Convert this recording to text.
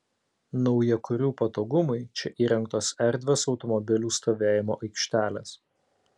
naujakurių patogumui čia įrengtos erdvios automobilių stovėjimo aikštelės